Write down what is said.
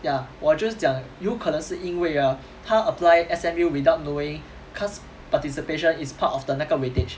ya 我就是讲有可能是因为 ah 她 apply S_M_U without knowing class participation is part of the 那个 weightage